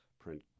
print